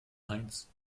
heinz